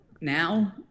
now